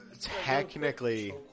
technically